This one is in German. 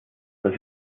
das